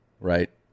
right